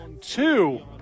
two